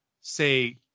say